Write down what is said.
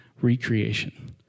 recreation